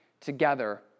together